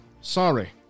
sorry